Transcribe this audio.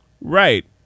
right